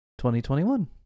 2021